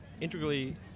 integrally